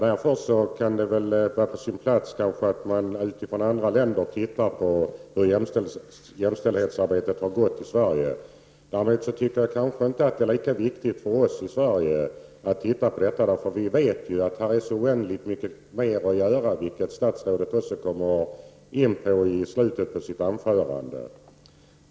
Därför kanske det kan vara på sin plats att man från andra länder tittar på hur jämställdshetsarbetet har gått i Sverige. Däremot tycker jag inte att det är lika viktigt för oss i Sverige att titta på detta. Vi vet ju att det finns så oändligt mycket mer att göra, vilket statsrådet också kom in på i slutet av sitt anförande.